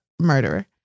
murderer